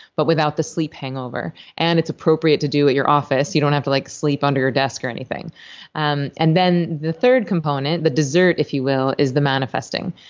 but without the sleep hangover. and it's appropriate to do at your office. you don't have to like sleep under your desk or anything and and then the third component, the dessert, if you will, is the manifesting.